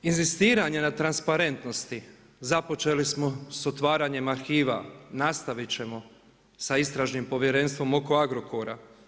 Inzistiranje na transparentnosti započeli smo s otvaranje arhiva, nastavit ćemo sa Istražnim povjerenstvom oko Agrokora.